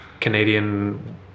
Canadian